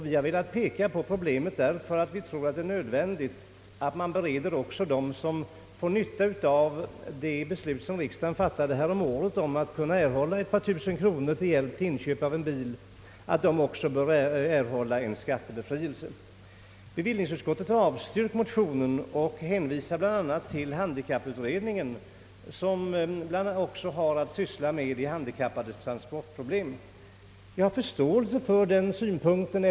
Vi har velat peka på problemet, därför att vi tror att man bör bereda möjlighet till skattebefrielse också för dem som får nytta av det beslut, som riksdagen fattade 1965 om bidrag med ett par tusen kronor till inköp av bil. Bevillningsutskottet har avstyrkt motionen och hänvisar bland annat till handikapputredningen, som även har att syssla med de handikappades transportproblem. Jag har förståelse för den synpunkten.